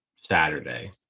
Saturday